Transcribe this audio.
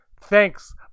Thanks